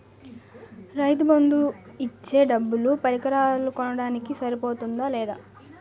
రైతు బందు ఇచ్చే డబ్బులు పరికరాలు కొనడానికి సరిపోతుందా లేదా?